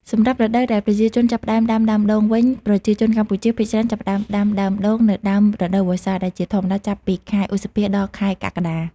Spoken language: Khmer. សម្រាប់រដូវដែលប្រជាជនចាប់ផ្ដើមដាំដើមដូងវិញ ប្រជាជនកម្ពុជាភាគច្រើនចាប់ផ្ដើមដាំដើមដូងនៅដើមរដូវវស្សា ដែលជាធម្មតាចាប់ពីខែ ឧសភា ដល់ ខែកក្កដា។